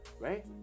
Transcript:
Right